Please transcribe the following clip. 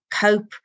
cope